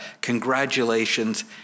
congratulations